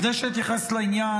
לפני שאתייחס לעניין,